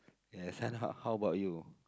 yes son how how about you